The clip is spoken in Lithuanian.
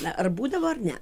na ar būdavo ar ne